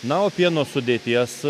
na o pieno sudėties